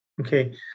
Okay